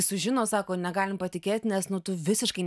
sužino sako negalim patikėt nes nu tu visiškai